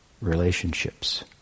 relationships